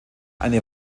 eine